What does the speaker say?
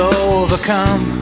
overcome